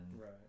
Right